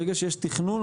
ברגע שיש תכנון,